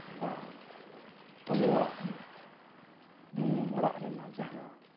ᱚᱱᱟ ᱟᱵᱚᱣᱟᱜ ᱚᱲᱟᱜ ᱨᱮᱱᱟᱜ ᱡᱟᱦᱟᱸ